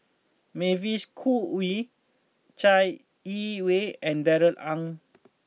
Mavis Khoo Oei Chai Yee Wei and Darrell Ang